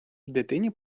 дитині